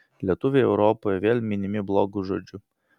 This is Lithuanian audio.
lietuviai europoje vėl minimi blogu žodžiu